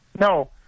No